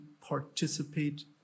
participate